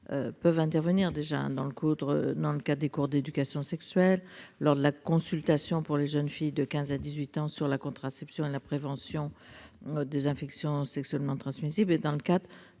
peuvent intervenir dans le cadre des cours d'éducation sexuelle ou à l'occasion de la consultation pour les jeunes filles âgées de 15 à 18 ans sur la contraception et la prévention des infections sexuellement transmissibles. En outre,